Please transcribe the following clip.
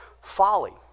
folly